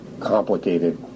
complicated